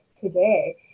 today